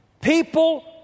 people